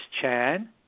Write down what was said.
Chan